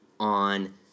on